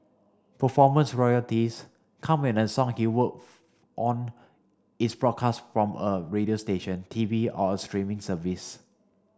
performance royalties come and a song he worked on is broadcast from a radio station T V or a streaming service